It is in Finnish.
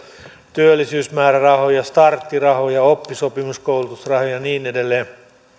työllisyysmäärärahoja starttirahoja oppisopimuskoulutusrahoja ja niin edelleen